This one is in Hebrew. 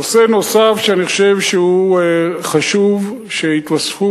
נושא נוסף שאני חושב שחשוב שיתווספו